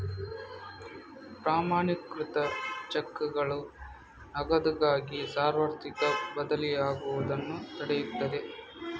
ಪ್ರಮಾಣೀಕೃತ ಚೆಕ್ಗಳು ನಗದುಗಾಗಿ ಸಾರ್ವತ್ರಿಕ ಬದಲಿಯಾಗುವುದನ್ನು ತಡೆಯುತ್ತದೆ